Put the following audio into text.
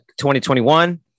2021